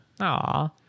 Aw